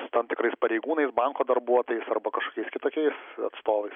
tam tikrais pareigūnais banko darbuotojais arba kažkokiais kitokiais atstovais